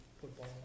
football